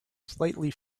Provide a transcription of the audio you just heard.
slightly